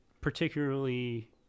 particularly